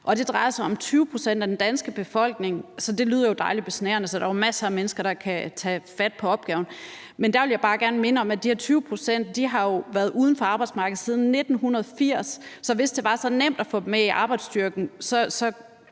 Det drejer sig om 20 pct. af den danske befolkning, så det lyder jo dejlig besnærende, for så er der jo masser af mennesker, der kan tage fat på opgaven. Der vil jeg bare gerne minde om, at de her 20 pct. jo har været uden for arbejdsmarkedet siden 1980. Så hvis det var så nemt at få dem med i arbejdsstyrken, ville